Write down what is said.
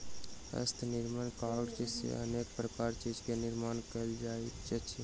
हस्त निर्मित कागज सॅ अनेक प्रकारक चीज के निर्माण कयल जाइत अछि